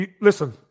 Listen